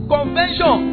Convention